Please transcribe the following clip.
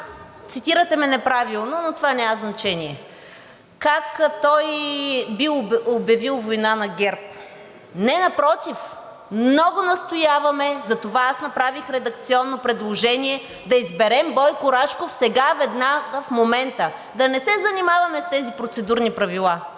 цитирате ме неправилно, но това няма значение, той бил обявил война на ГЕРБ. Не, напротив, много настояваме за това – аз направих редакционно предложение, да изберем Бойко Рашков сега, веднага, в момента, да не се занимаваме с тези процедурни правила,